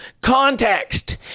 context